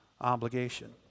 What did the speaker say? obligation